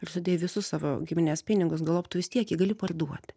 ir sudėjai visus savo giminės pinigus galop tu vis tiek jį gali parduoti